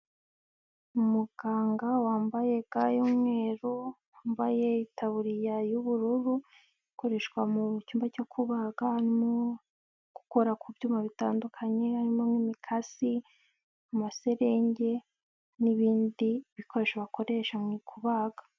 Umuganga wambaye ga y'umweru, wambaye itaburiya y'ubururu, ikoreshwa mu cyumba cyo kubaga arimo, gukora ku byuma bitandukanye harimo nk'imikasi, amaserenge, n'ibindi bikoresho bakoresha mu kubaga.